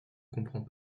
comprend